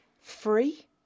Free